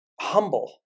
humble